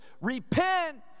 Repent